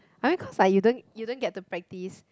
I mean cause like you don't you don't get to practice